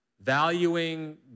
valuing